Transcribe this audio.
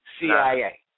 CIA